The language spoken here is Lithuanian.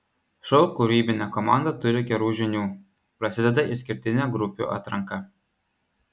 šou kūrybinė komanda turi gerų žinių prasideda išskirtinė grupių atranka